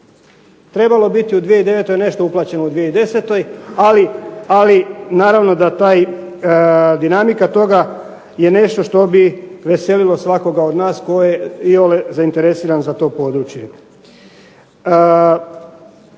trebalo biti u 2009. nešto je uplaćeno u 2010., ali naravno da dinamika toga je nešto što bi veselilo svakoga od nas tko je iole zainteresiran za to područje.